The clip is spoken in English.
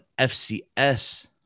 FCS